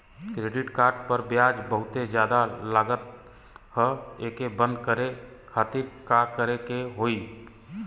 Credit card पर ब्याज बहुते ज्यादा लगत ह एके बंद करे खातिर का करे के होई?